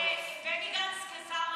בני גנץ, כשר משפטים,